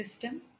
system